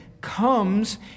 comes